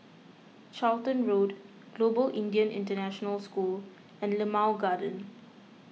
Charlton Road Global Indian International School and Limau Garden